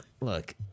Look